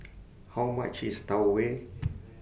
How much IS Tau Huay